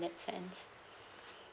that sense